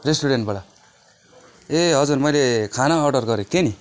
रेस्टुरेन्टबाट ए हजुर मैले खाना अर्डर गरेको थिएँ नि